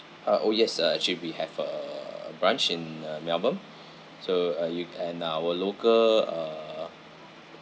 uh oh yes uh actually we have uh a branch in uh melbourne so uh you can our local uh